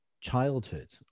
childhood